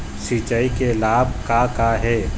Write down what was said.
सिचाई के लाभ का का हे?